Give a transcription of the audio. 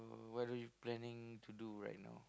what are you planning to do right now